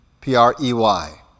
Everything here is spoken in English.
P-R-E-Y